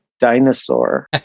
Dinosaur